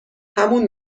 همون